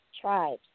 Tribes